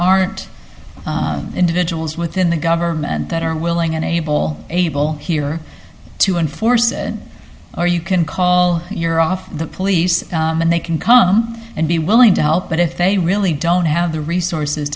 aren't individuals within the government that are willing and able able here to enforce and or you can call your off the police and they can come and be willing to help but if they really don't have the resources